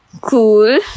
Cool